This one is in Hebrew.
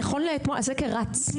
נכון לאתמול, הסקר רץ.